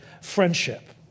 friendship